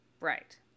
right